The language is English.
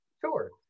Sure